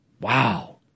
Wow